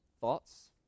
Thoughts